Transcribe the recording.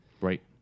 Right